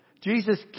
Jesus